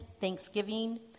Thanksgiving